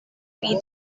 eat